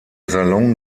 salon